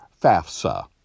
FAFSA